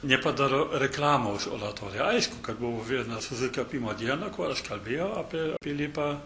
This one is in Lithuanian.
nepadariau reklamos oratorijai aišku kad buvo viena susikaupimo diena kur aš kalbėjau apie pilypą